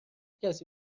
کسی